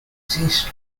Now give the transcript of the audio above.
exist